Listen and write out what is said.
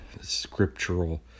scriptural